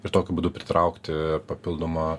ir tokiu būdu pritraukti papildomą